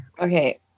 Okay